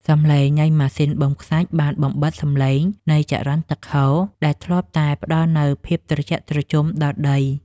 សំឡេងនៃម៉ាស៊ីនបូមខ្សាច់បានបំបិទសំឡេងនៃចរន្តទឹកហូរដែលធ្លាប់តែផ្តល់នូវភាពត្រជាក់ត្រជុំដល់ដី។